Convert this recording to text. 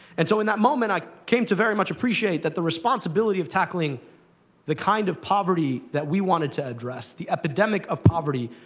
and so, in that moment, i came to very much appreciate that the responsibility of tackling the kind of poverty that we wanted to address, the epidemic of poverty,